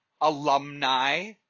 alumni